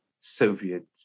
Soviet